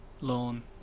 loan